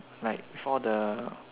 like for the